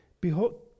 Behold